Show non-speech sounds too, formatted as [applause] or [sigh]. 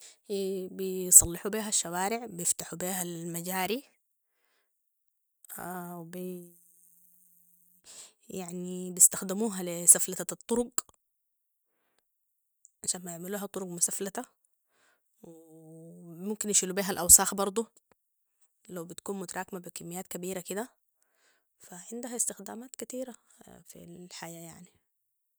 - بيصلحو بيها الشوارع ويفتحو بيها المجاري [hesitation] و- يعني بيستخدموها لي سفلتت الطرق عشان ما يعملوها طرق مسفلته و [hesitation] ممكن أن يشيلوا بيها الأوساخ برضو لوبتكون متراكمة بكميات كبيرة كده ، فعندها استخدامات كتيرة في الحياة يعني